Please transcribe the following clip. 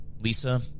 Lisa